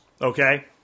okay